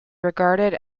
regarded